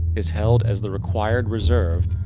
is held as the required reserve,